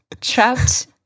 trapped